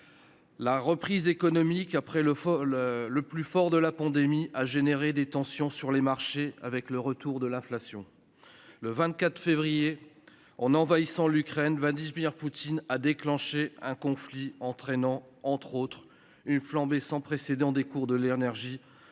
la reprise économique après le vol le plus fort de la pandémie, a généré des tensions sur les marchés, avec le retour de l'inflation, le 24 février en envahissant l'Ukraine, Vladimir Poutine a déclenché un conflit entraînant, entre autres, une flambée sans précédent des cours de l'énergie en